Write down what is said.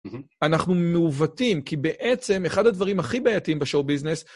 אנחנו מעוותים, כי בעצם אחד הדברים הכי בעייתים בשואו-ביזנס,